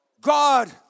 God